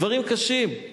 דברים קשים.